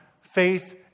faith